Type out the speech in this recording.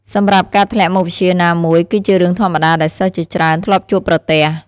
សម្រាប់ ការធ្លាក់មុខវិជ្ជាណាមួយ គឺជារឿងធម្មតាដែលសិស្សជាច្រើនធ្លាប់ជួបប្រទះ។